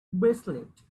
bracelet